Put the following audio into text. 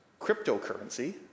cryptocurrency